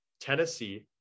Tennessee